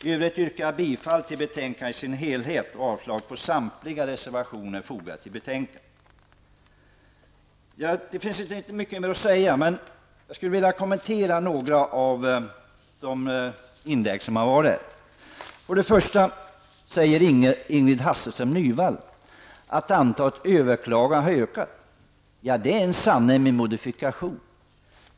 I övrigt yrkar jag bifall till betänkandet i dess helhet och avslag på samtliga till betänkandet fogade reservationer. Det finns inte mycket mer att säga, men jag skulle vilja kommentera några av de inlägg som har förekommit. Ingrid Hasselström Nyvall säger att antalet överklaganden har ökat. Det är en sanning med modifikation.